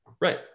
Right